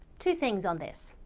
two things on this.